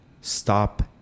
Stop